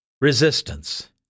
Resistance